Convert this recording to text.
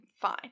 Fine